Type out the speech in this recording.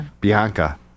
Bianca